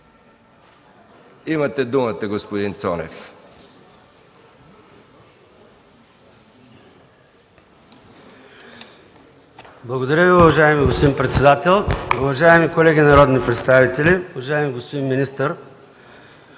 Имате думата, господин Цонев.